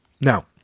Now